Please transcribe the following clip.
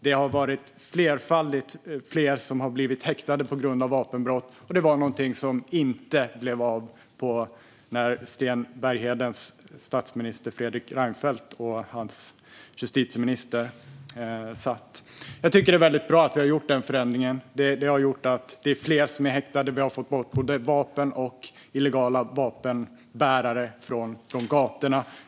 Det har varit mångfaldigt fler som har blivit häktade på grund av vapenbrott, och det här var någonting som inte blev av när Sten Berghedens statsminister Fredrik Reinfeldt och hans justitieminister satt i regeringen. Jag tycker att det är bra att vi har gjort denna förändring. Det är fler som är häktade, och vi har fått bort både vapen och illegala vapenbärare från gatorna.